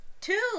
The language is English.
Two